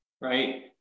right